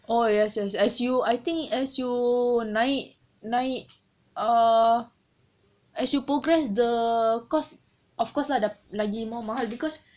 oh yes yes as you I think as you naik naik uh as you progress the cost of course lah dah lagi more mahal